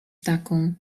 taką